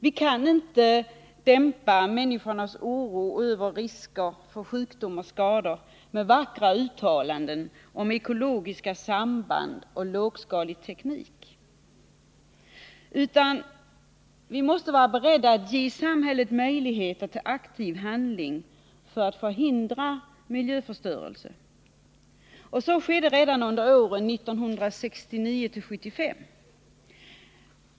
Vi kan inte dämpa människornas oro över risker för sjukdom och skador med vackra uttalanden om ekologiska samband och småskalig teknik, utan vi måste vara beredda att ge samhället möjligheter till aktiv handling för att förhindra miljöförstörelse. Så skedde redan under åren Nr 110 1969-1975.